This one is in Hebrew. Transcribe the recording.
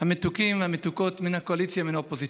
המתוקים והמתוקות מן הקואליציה ומן האופוזיציה,